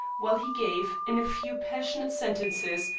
while he gave, in a few passionate sentences,